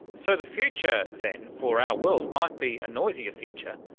so the future then for our world might be a noisier future,